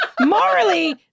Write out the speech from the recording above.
morally